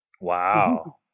Wow